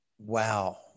Wow